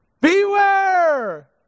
Beware